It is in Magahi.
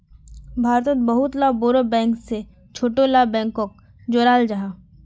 भारतोत बहुत ला बोड़ो बैंक से छोटो ला बैंकोक जोड़ाल जाहा